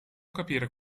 capire